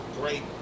great